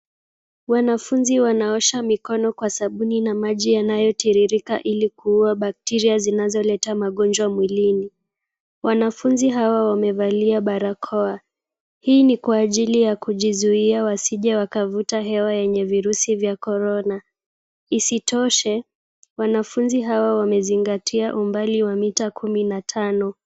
Wanafunzi wanaosha mikono kwa sabuni na maji yanayotiririka ili kuua bacteria zinazoleta magonjwa mwilini. Wanafunzi hawa wamevalia barakoa. Hii ni kwa ajili ya kujizuia wasije wakavuta hewa yenye virusi vya Corona. Isitoshe, wanafunzi hawa wamezingatia umbali wa mita kumi na tano.